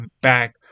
back